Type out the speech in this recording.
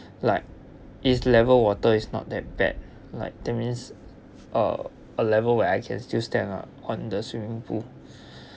like its level water is not that bad like that means uh a level where I can still stand up on the swimming pool